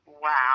Wow